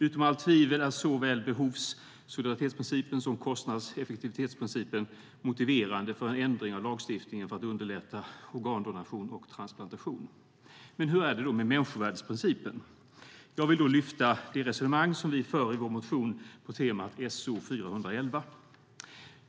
Utom allt tvivel är såväl behovs och solidaritetsprincipen som kostnads och effektivitetsprincipen motiverande för en ändring av lagstiftningen för att underlätta organdonation och transplantation. Men hur är det med människovärdesprincipen? Jag vill lyfta fram det resonemang vi för på temat i vår motion So411.